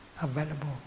available